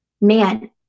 man